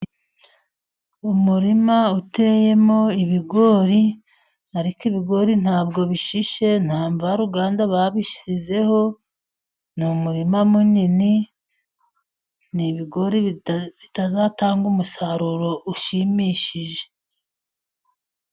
Umurima uteyemo ibigori ariko ibigori ntabwo bishishe ntamvarugana babishyizeho, n'umurima munini n'ibigori bitazatanga umusaruro ushimishije.